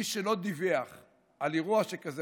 מי שלא דיווח על אירוע שכזה,